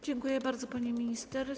Dziękuję bardzo, pani minister.